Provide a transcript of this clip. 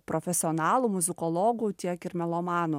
profesionalų muzikologų tiek ir melomanų